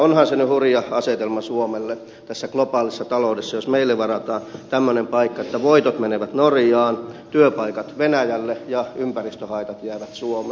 onhan se nyt hurja asetelma suomelle tässä globaalissa taloudessa jos meille varataan tämmöinen paikka että voitot menevät norjaan työpaikat venäjälle ja ympäristöhaitat jäävät suomeen